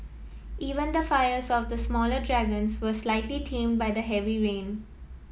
even the fires of the smaller dragons were slightly tamed by the heavy rain